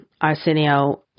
Arsenio